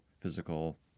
physical